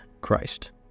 christ